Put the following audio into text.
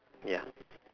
ya